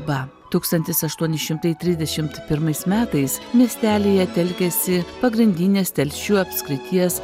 va tūkstantis aštuoni šimtai trisdešim pirmais metais miestelyje telkiasi pagrindinės telšių apskrities